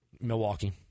Milwaukee